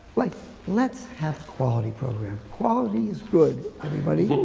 like let's have quality program. quality is good, everybody.